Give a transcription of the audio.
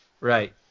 Right